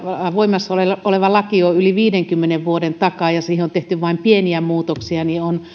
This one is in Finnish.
voimassa oleva laki on yli viidenkymmenen vuoden takaa ja siihen on tehty vain pieniä muutoksia niin